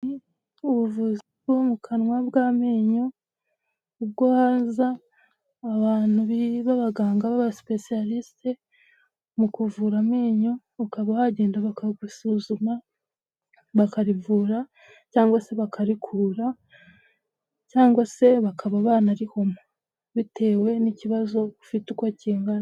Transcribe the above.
Ubuvuzi bwo mu kanwa bw'amenyo ubwo haza abantu b'abaganga b'abaspecialiste mu kuvura amenyo ukaba wagenda bakagusuzuma bakarivura cyangwa se bakarikura cyangwa se bakaba banarihuma bitewe n'ikibazo ufite uko kingana.